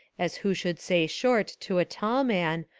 as who should say short to a tall man,